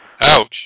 Ouch